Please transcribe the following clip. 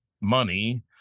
money